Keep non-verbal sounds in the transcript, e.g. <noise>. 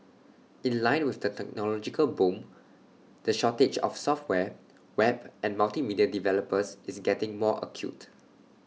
in line with the technological boom the shortage of software <noise> web and multimedia developers is getting more acute